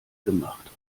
gemacht